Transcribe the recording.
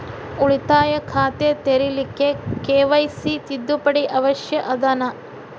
ಉಳಿತಾಯ ಖಾತೆ ತೆರಿಲಿಕ್ಕೆ ಕೆ.ವೈ.ಸಿ ತಿದ್ದುಪಡಿ ಅವಶ್ಯ ಅದನಾ?